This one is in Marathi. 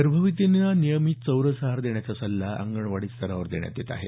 गर्भवतींना नियमित चौरस आहार देण्याचा सल्ला अंगणवाडी स्तरावर देण्यात येत आहे